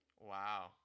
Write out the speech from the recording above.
Wow